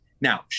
Now